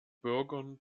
bürgern